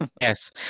yes